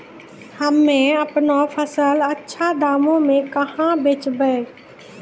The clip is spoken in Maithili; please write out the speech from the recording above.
हम्मे आपनौ फसल अच्छा दामों मे कहाँ बेचबै?